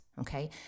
Okay